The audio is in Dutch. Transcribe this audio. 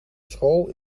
school